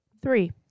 Three